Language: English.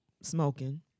smoking